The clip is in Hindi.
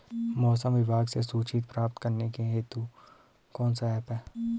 मौसम विभाग से सूचना प्राप्त करने हेतु कौन सा ऐप है?